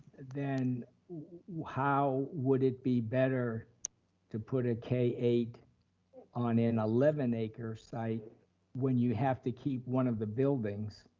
then how would it be better to put a k eight on an eleven acre site when you have to keep one of the buildings,